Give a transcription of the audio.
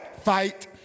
fight